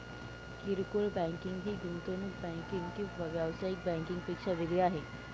किरकोळ बँकिंग ही गुंतवणूक बँकिंग किंवा व्यावसायिक बँकिंग पेक्षा वेगळी आहे